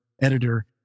editor